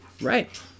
Right